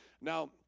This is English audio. Now